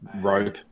Rope